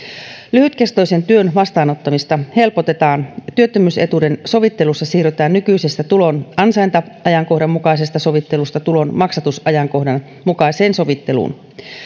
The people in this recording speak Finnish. lyhytkestoisen työn vastaanottamista helpotetaan työttömyysetuuden sovittelussa siirrytään nykyisestä tulon ansainta ajankohdan mukaisesta sovittelusta tulon maksatusajankohdan mukaiseen sovitteluun